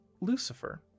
Lucifer